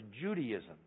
Judaism